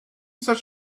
such